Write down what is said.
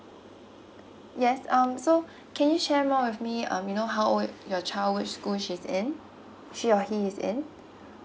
yes um so can you share more with me um you know how old your child which school she's in she or he is in